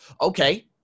Okay